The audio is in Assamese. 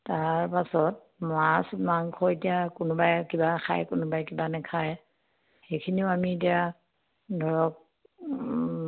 তাৰপাছত মাছ মাংস এতিয়া কোনোবাই কিবা খায় কোনোবাই কিবা নেখায় সেইখিনিও আমি এতিয়া ধৰক